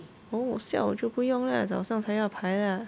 oh 下午就不用 lah 早上才要排的